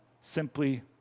simply